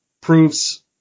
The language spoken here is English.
proves